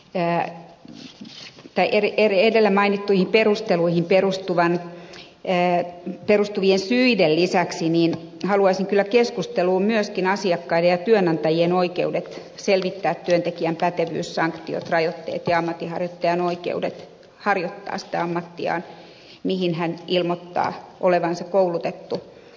te joskus frederik eli mainittuihin perusteluihin perustuvien syiden lisäksi haluaisin kyllä keskusteluun myöskin asiakkaiden ja työnantajien oikeudet selvittää työntekijän pätevyys sanktiot rajoitteet ja ammatinharjoittajan oikeudet harjoittaa sitä ammattiaan mihin hän ilmoittaa olevansa koulutettu